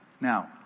Now